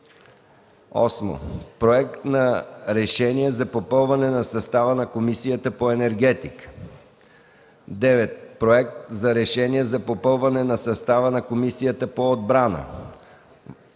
8. Проект за решение за попълване на състава на Комисията по енергетика. 9. Проект за решение за попълване на състава на Комисията по отбрана.